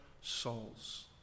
souls